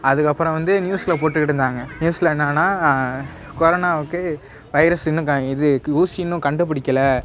அதுக்கப்புறோம் வந்து நியூஸில் போட்டுகிட்டு இருந்தாங்க நியூஸில் என்னென்னா கொரனாவுக்கு வைரஸ் இன்னும் இது ஊசி இன்னும் கண்டுபிடிக்கலை